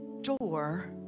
door